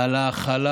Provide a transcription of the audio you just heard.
על ההכלה